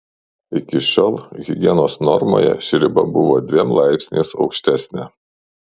iki šiol higienos normoje ši riba buvo dviem laipsniais aukštesnė